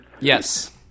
Yes